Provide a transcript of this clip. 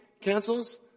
cancels